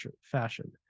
fashion